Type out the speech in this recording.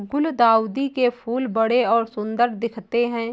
गुलदाउदी के फूल बड़े और सुंदर दिखते है